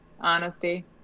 honesty